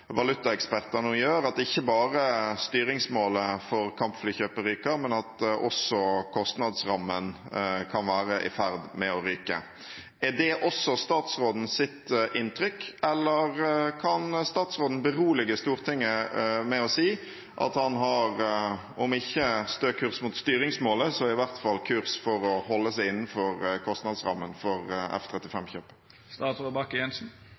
gjør, at ikke bare styringsmålet for kampflykjøpet ryker, men at også kostnadsrammen kan være i ferd med å ryke. Er det også statsrådens inntrykk, eller kan statsråden berolige Stortinget med å si at han har om ikke stø kurs mot styringsmålet, så i hvert fall kurs for å holde seg innenfor kostnadsrammen for